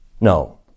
No